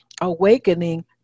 awakening